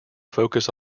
focus